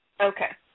Okay